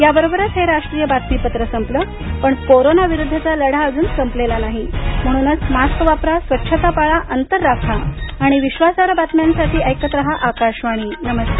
याबरोबरच हे राष्ट्रीय बातमीपत्र संपलं पण कोरोना विरुद्धचा लढा अजून संपलेला नाही म्हणूनच मास्क वापरा स्वच्छता पाळा अंतर राखा आणि विश्वासार्ह बातम्यांसाठी ऐकत रहा आकाशवाणी नमस्कार